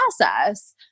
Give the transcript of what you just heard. process